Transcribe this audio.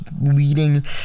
leading